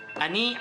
וכולי.